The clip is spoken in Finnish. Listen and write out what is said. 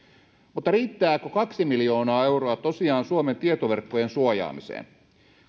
mutta riittääkö kaksi miljoonaa euroa tosiaan suomen tietoverkkojen suojaamiseen